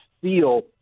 feel